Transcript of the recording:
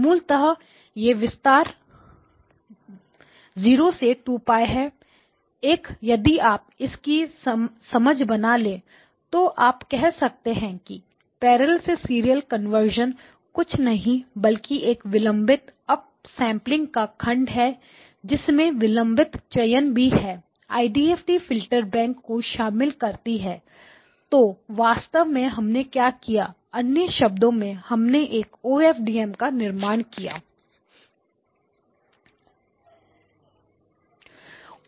मूलतः यह विस्तार 0 से 2π है एक यदि आप इसकी समझ बना ले तो आप कह सकते हैं कि पैरेलल से सीरियल कन्वर्शन कुछ नहीं बल्कि यह एक विलंबित अप सेंपलिंग का खंड है जिसमें विलंबित चयन भी है आईडीएफटी IDFT फिल्टर बैंक को शामिल करती है तो वास्तव में हमने क्या किया अन्य शब्दों में हमने एक O F D M OFDM का निर्माण किया है